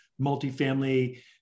multifamily